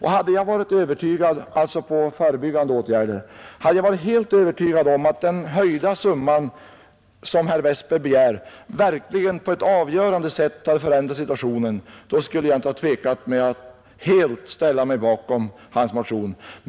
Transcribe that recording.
Hade jag varit helt övertygad om att den höjda summa till förebyggande åtgärder som herr Westberg begär verkligen på ett avgörande sätt skulle ha förändrat situationen, då skulle jag inte ha tvekat att helt ställa mig bakom hans motion.